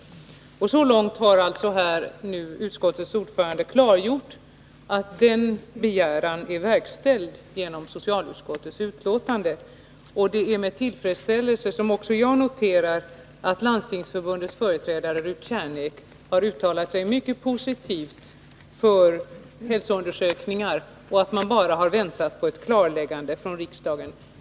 Utskottets ordförande har nu klargjort att begäran till regeringen om personalutbildning är framförd genom socialutskottets betänkande. Också jag noterar med tillfredsställelse att Landstingsförbundets företrädare Ruth Kärnek har uttalat sig mycket positivt för hälsoundersökningar och att man bara har väntat på ett klarläggande från riksdagen.